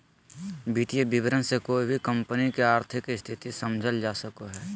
वित्तीय विवरण से कोय भी कम्पनी के आर्थिक स्थिति समझल जा सको हय